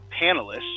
panelists